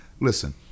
listen